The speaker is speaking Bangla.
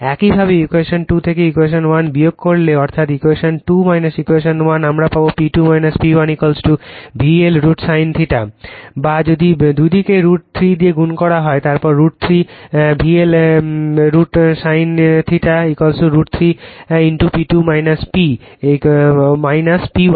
একইভাবে ইকুয়েশন 2 থেকে ইকুয়েশন 1 বিয়োগ করলে অর্থাৎ ইকুয়েশন 2 ইকুয়েশন 1 আমরা পাবো P2 P1 VL √ sin θ বা যদি দুদিকেই যদি √ 3 দিয়ে গুণ করা হয় তারপর √ 3 VL √ sin θ √ 3 P2 P P1